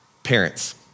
Parents